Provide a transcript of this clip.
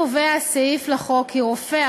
כיום קובע הסעיף לחוק כי רופא,